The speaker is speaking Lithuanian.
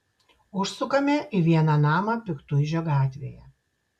užsukame į vieną namą piktuižio gatvėje